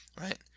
right